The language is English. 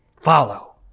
follow